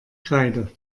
kreide